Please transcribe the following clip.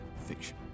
fiction